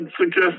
suggest